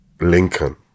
Lincoln